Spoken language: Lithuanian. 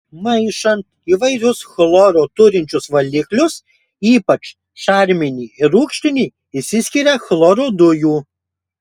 maišant įvairius chloro turinčius valiklius ypač šarminį ir rūgštinį išsiskiria chloro dujų